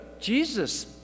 Jesus